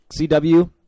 CW